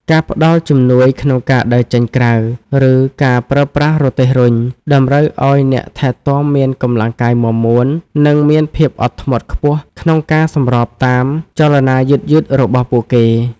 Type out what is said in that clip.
ការផ្តល់ជំនួយក្នុងការដើរចេញក្រៅ ឬការប្រើប្រាស់រទេះរុញ តម្រូវឱ្យអ្នកថែទាំមានកម្លាំងកាយមាំមួន និងមានភាពអត់ធ្មត់ខ្ពស់ក្នុងការសម្របតាមចលនាយឺតៗរបស់ពួកគាត់។